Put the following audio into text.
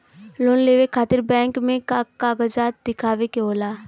Loan लेवे खातिर bank मे का कागजात दिखावे के होला?